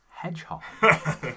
hedgehog